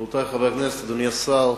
תודה, רבותי חברי הכנסת, אדוני השר,